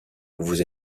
vous